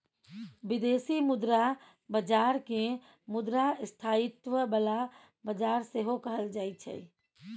बिदेशी मुद्रा बजार केँ मुद्रा स्थायित्व बला बजार सेहो कहल जाइ छै